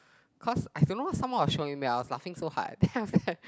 cause I don't know what someone was showing me I was laughing so hard then after that